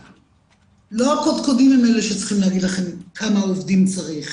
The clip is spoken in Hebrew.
לא הקודקודים הם אלה שצריכים להגיד לכם כמה עובדים צריך,